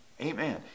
Amen